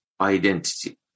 identity